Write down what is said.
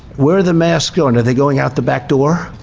where are the masks going? are they going out the back door?